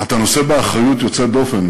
שאתה נושא באחריות יוצאת דופן,